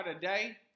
today